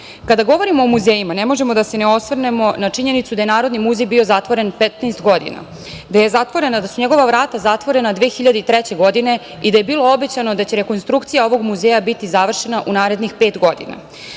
govorimo o muzejima ne možemo, a da se ne osvrnemo na činjenicu da je Narodni muzej bio zatvoren 15 godina, da su njegova vrata zatvorena 2003. godine i da je bilo obećano da će rekonstrucija ovog muzeja biti završena u narednih pet